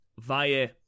via